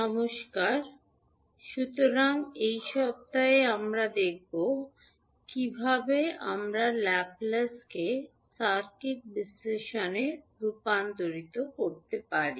নমস্কার সুতরাং এই সপ্তাহে আমরা দেখব কীভাবে আমরা ল্যাপ্লেসকে সার্কিট বিশ্লেষণে রূপান্তরিত করতে পারি